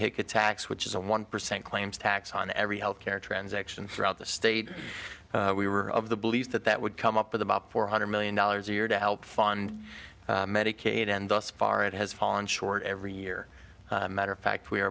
tax which is a one percent claims tax on every health care transaction throughout the state we were of the belief that that would come up with about four hundred million dollars a year to help fund medicaid and thus far it has fallen short every year matter of fact we